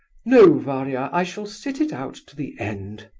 no, varia, i shall sit it out to the end.